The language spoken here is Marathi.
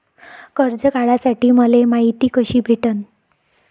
कर्ज काढासाठी मले मायती कशी भेटन?